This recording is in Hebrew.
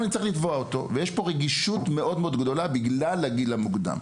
ויש פה רגישות מאוד גדולה בגלל הגיל המוקדם.